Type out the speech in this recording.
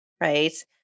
right